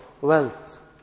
wealth